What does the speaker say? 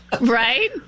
Right